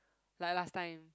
like last time